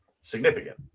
significant